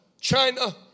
China